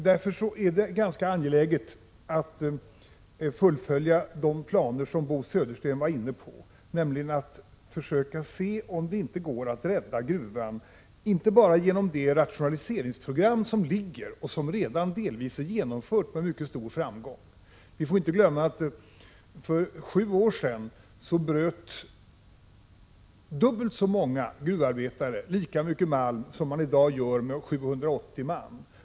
Därför är det ganska angeläget att fullfölja de planer som Bo Södersten var inne på, nämligen att försöka se om det inte går att rädda gruvan, men inte bara genom det rationaliseringsprogram som finns och som redan delvis har genomförts med mycket stor framgång. Vi får inte glömma att för sju år sedan bröt dubbelt så många gruvarbetare lika mycket malm som man i dag gör med 780 man.